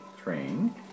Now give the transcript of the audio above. train